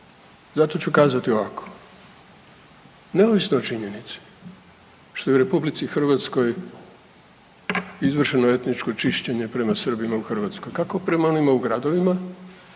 zato ću kazati ovako. Neovisno o činjenici što u RH izvršeno etničko čišćenje prema Srbima u Hrvatskoj kako prema onima u gradovima